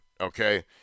okay